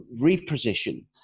reposition